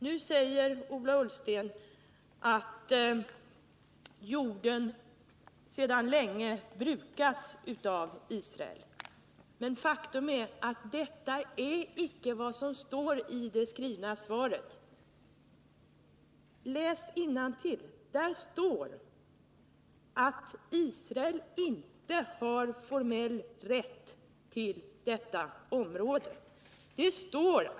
Nu säger Ola Ullsten att jorden sedan länge brukas av Israel. Men faktum är att detta icke är vad som står i det skrivna svaret. Läs innantill! Där står att Israel inte har formell rätt till detta område.